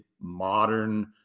modern